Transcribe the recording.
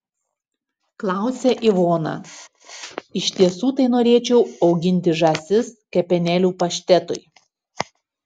klausia ivona iš tiesų tai norėčiau auginti žąsis kepenėlių paštetui